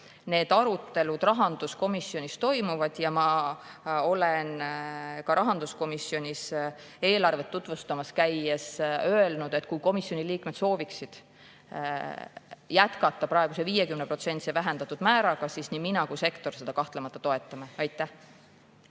Arutelud rahanduskomisjonis toimuvad ja ma olen ka rahanduskomisjonis eelarvet tutvustamas käies öelnud, et kui komisjoni liikmed sooviksid jätkata praeguse 50%‑lise vähendatud määraga, siis nii mina kui ka sektor seda kahtlemata toetaksime. Aitäh